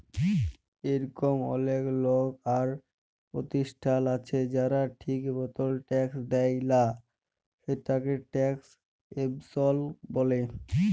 ইরকম অলেক লক আর পরতিষ্ঠাল আছে যারা ঠিক মতল ট্যাক্স দেয় লা, সেটকে ট্যাক্স এভাসল ব্যলে